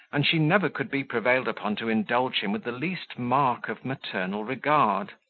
and she never could be prevailed upon to indulge him with the least mark of maternal regard.